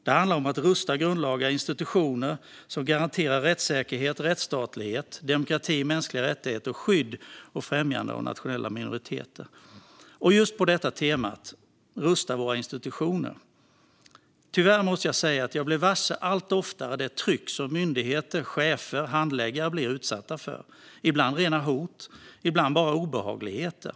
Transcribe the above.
Det handlar om att rusta grundlagar och institutioner som garanterar rättssäkerhet, rättsstatlighet, demokrati, mänskliga rättigheter och skydd och främjande av nationella minoriteter. Och just på temat att rusta våra institutioner måste jag tyvärr säga att jag allt oftare blir varse det tryck som myndigheter, chefer och handläggare blir utsatta för. Ibland handlar det om rena hot och ibland bara om obehagligheter.